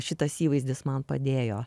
šitas įvaizdis man padėjo